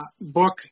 book